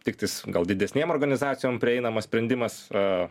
tiktais gal didesnėm organizacijom prieinamas sprendimas a